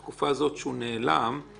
בן 32 שנפגע על-ידי מדריך הנוער בישוב כשהיה